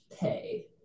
pay